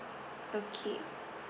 okay